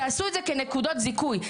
תעשו את זה כנקודות זיכוי.